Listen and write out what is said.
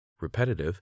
repetitive